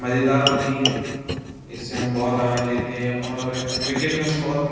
मज़ेदार होती है इससे हम बहुत आनंद लेते हैं और किरकेट हम बहुत